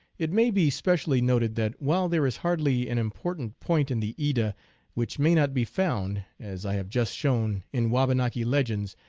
it may be specially noted that while there is hardly an important point in the edda which may not be found, as i have just shown, in wabanaki legends,